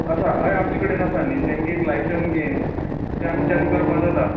आसा हय आमचे कडेन आसा न्हय तांकां एक लायसन्स घेवन तें आमच्यानी करपाक जाता